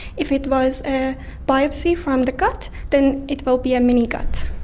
if it was a biopsy from the gut, then it will be a mini gut.